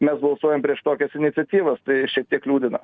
mes balsuojam prieš tokias iniciatyvas tai šiek tiek liūdina